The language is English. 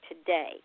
today